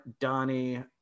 Donnie